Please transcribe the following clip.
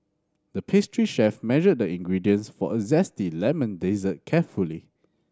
the pastry chef measured the ingredients for a zesty lemon dessert carefully